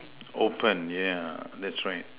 open yeah that's right